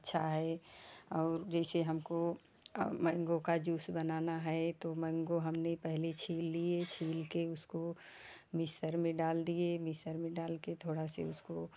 अच्छा है और जैसे हमको मैंगो का जूस बनाना है तो मैंगो हमने पहले छील लिए छील के उसको मिक्सर में डाल दिए मिक्सर में डाल के थोड़ा से उसको